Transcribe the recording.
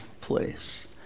place